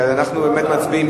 אנחנו באמת מצביעים.